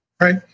Right